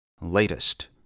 Latest